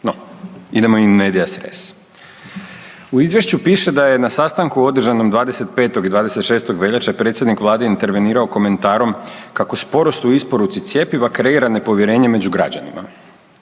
no idemo in medias res. U izvješću piše da je na sastanku održanom 25. i 26. veljače predsjednik Vlade intervenirao komentarom kako sporost u isporuci cjepiva kreira nepovjerenje među građanima.